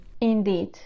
Indeed